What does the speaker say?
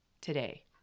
today